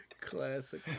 Classic